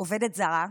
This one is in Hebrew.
"עובדת זרה",